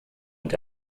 und